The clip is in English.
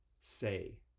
say